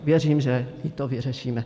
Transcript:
Věřím, že toto vyřešíme.